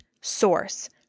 source